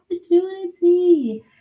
opportunity